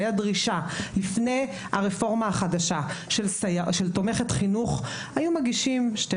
לפני הרפורמה החדשה כאשר הייתה דרישה של תומכת חינוך היו מגישים 12,